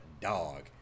dog